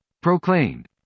proclaimed